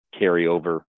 carryover